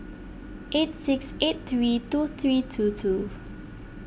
eight six eight three two three two two